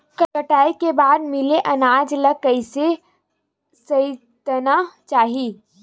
कटाई के बाद मिले अनाज ला कइसे संइतना चाही?